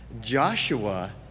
Joshua